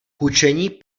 hučení